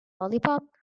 lollipop